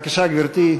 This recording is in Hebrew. בבקשה, גברתי.